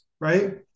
Right